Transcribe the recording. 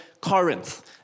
Corinth